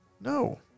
No